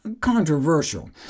controversial